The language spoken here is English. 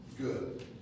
good